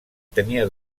tenia